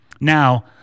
Now